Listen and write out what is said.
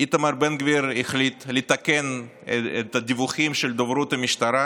איתמר בן גביר החליט לתקן את הדיווחים של דוברות המשטרה